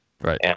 Right